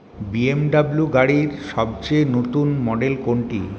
B M W গাড়ির সবচেয়ে নতুন মডেল কোনটি